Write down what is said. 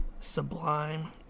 Sublime